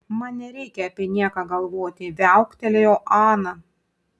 man nereikia apie nieką galvoti viauktelėjo ana